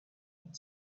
and